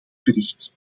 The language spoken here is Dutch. verricht